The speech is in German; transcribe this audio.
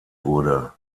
wurde